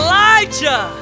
Elijah